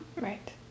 Right